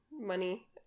money